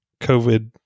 COVID